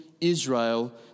Israel